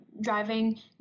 driving